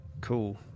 Cool